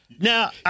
Now